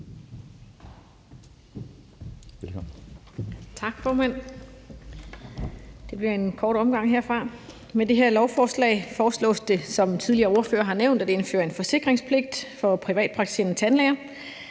Med det her lovforslag foreslås det, som tidligere ordførere har nævnt, at indføre en forsikringspligt for privatpraktiserende tandlæger,